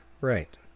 Right